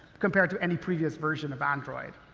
compared to any previous version of android.